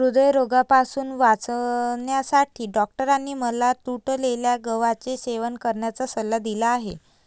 हृदयरोगापासून वाचण्यासाठी डॉक्टरांनी मला तुटलेल्या गव्हाचे सेवन करण्याचा सल्ला दिला आहे